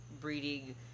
breeding